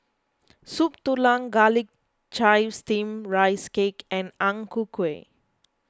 Soup Tulang Garlic Chives Steamed Rice Cake and Ang Ku Kueh